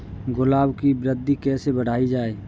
गुलाब की वृद्धि कैसे बढ़ाई जाए?